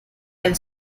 del